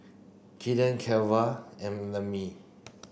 Keandre Cleva and Lemmie